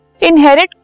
inherit